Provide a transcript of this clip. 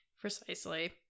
Precisely